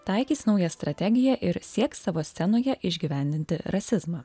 taikys naują strategiją ir sieks savo scenoje išgyvendinti rasizmą